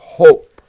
hope